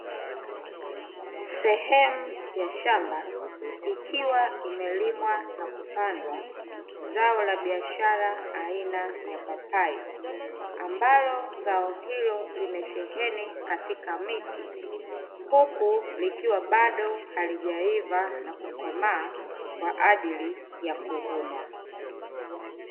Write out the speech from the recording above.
Sehemu ya shamba ikiwa imelimwa na kupandwa zao la biashara aina ya papai, ambalo zao hilo limesheheni katika miti, huku likiwa bado halijaiva na kukomaa kwa ajili ya kuvunwa.